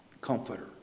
comforter